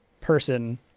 person